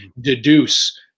deduce